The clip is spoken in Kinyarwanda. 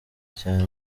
cyane